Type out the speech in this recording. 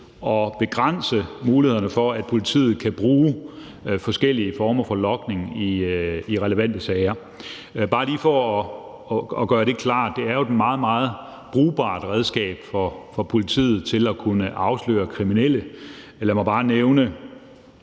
at begrænse mulighederne for, at politiet kan bruge forskellige former for logning i relevante sager. Bare lige for at gøre det klart er det jo et meget, meget brugbart redskab for politiet til at kunne afsløre kriminelle. Lad mig bare nævne